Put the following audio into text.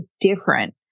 different